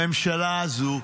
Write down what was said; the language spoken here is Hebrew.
הממשלה הזאת,